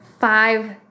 five